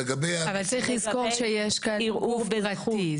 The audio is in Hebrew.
אבל צריך לזכור שיש כאן גוף פרטי.